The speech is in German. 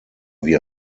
wie